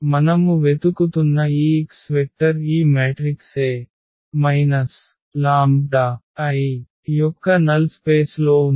మనము వెతుకుతున్న ఈ x వెక్టర్ ఈ మ్యాట్రిక్స్ A λI యొక్క నల్ స్పేస్లో ఉంది